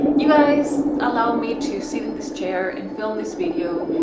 you guys, allow me to sit on this chair and film this video,